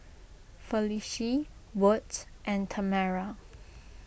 Felicie Wirt and Tamera